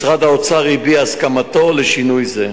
משרד האוצר הביע הסכמתו לשינוי זה.